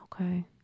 Okay